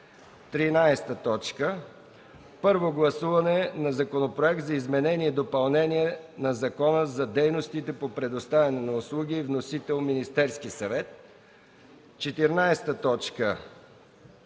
13. Първо гласуване на Законопроект за изменение и допълнение на Закона за дейностите по предоставяне на услуги. Вносител – Министерският съвет. 14.